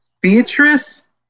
Beatrice